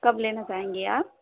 کب لینا چاہیں گے آپ